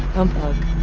unplug.